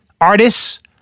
artists